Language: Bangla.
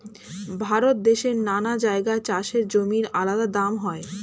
ভারত দেশের নানা জায়গায় চাষের জমির আলাদা দাম হয়